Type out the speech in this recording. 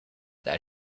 that